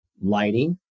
lighting